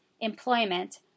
employment